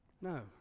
No